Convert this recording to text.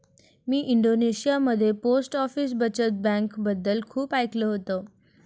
मी इंडोनेशियामध्ये post office बचत बँकेबद्दल खूप ऐकले होते